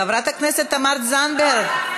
חברת הכנסת תמר זנדברג,